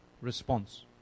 response